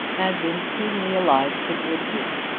had been keenly alive to the rebuke.